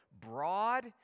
broad